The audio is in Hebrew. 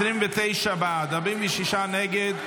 29 בעד, 46 נגד.